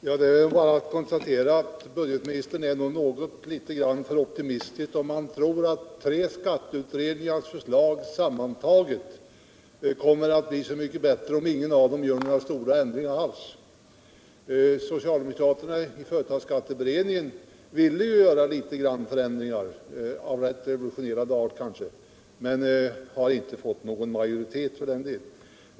Herr talman! Det är bara att konstatera att budgetministern är något för optimistisk om han tror att tre skatteutredningars förslag kommer att bli så mycket bättre sammantagna än förslagen vart för sig — om ingen av dem gör så stora ändringar. Socialdemokraterna i företagsskatteberedningen ville göra förändringar, kanske av rätt revolutionerande art, men har inte fått någon majoritet.